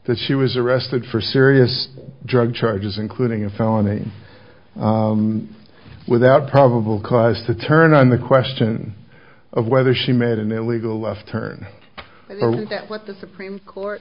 that she was arrested for serious drug charges including a felony without probable cause to turn on the question of whether she made an illegal left turn what the supreme court